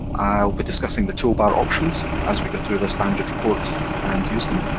i'll be discussing the toolbar options as we go through this banded report and use them.